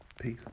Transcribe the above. Peace